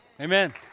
Amen